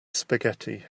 spaghetti